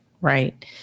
right